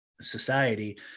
society